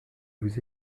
vous